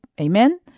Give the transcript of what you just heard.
Amen